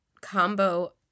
combo